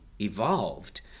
evolved